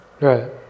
Right